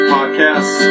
Podcast